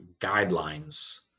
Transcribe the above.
guidelines